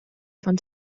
von